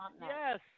Yes